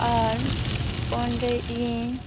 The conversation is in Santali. ᱟᱨ ᱚᱸᱰᱮ ᱤᱧ